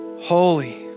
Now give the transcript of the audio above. holy